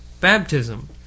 baptism